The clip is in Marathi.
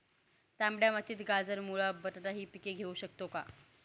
तांबड्या मातीत गाजर, मुळा, बटाटा हि पिके घेऊ शकतो का?